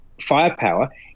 firepower